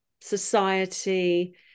society